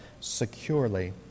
securely